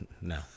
No